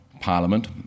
parliament